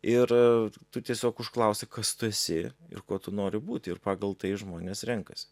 ir tu tiesiog užklausi kas tu esi ir kuo tu nori būti ir pagal tai žmonės renkasi